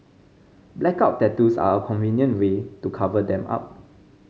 blackout tattoos are a convenient way to cover them up